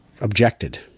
objected